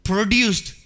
Produced